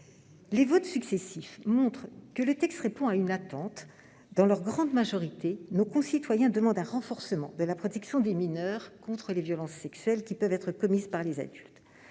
Ces votes successifs montrent que le texte répond à une attente : dans leur grande majorité, nos concitoyens demandent un renforcement de la protection des mineurs contre les violences sexuelles qui peuvent être commises par les adultes.